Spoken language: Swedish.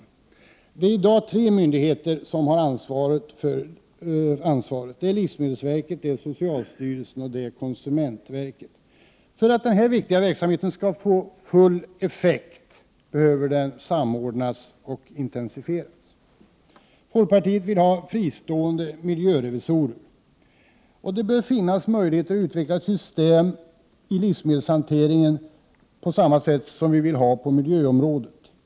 I dag är det tre myndigheter som har ansvaret, nämligen livsmedelsverket, socialstyrelsen och konsumentverket. För att den här viktiga verksamheten skall få full effekt behöver den samordnas och intensifieras. Folkpartiet vill ha fristående miljörevisorer. Det bör finnas möjligheter att utveckla ett system i livsmedelshanteringen på samma sätt som vi vill ha på miljöområdet.